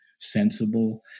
sensible